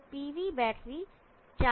तो pv battery charge कर रहा है